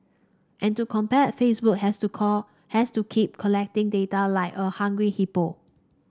and to compete Facebook has to call has to keep collecting data like a hungry hippo